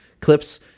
clips